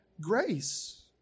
grace